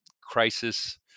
crisis